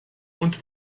und